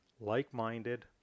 like-minded